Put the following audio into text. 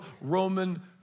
Roman